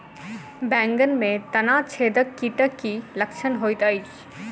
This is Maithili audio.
बैंगन मे तना छेदक कीटक की लक्षण होइत अछि?